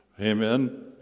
amen